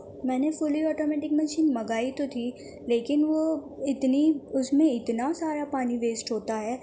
میں نے fully automatic machine منگائی تو تھی لیکن وہ اتنی اس میں اتنا سارا پانی ویسٹ ہوتا ہے